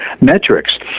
metrics